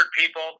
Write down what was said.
people